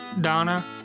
Donna